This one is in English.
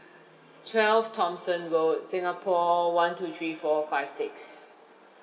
twelve thomson road singapore one two three four five six